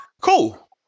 cool